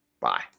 Bye